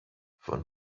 von